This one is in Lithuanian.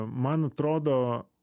man atrodo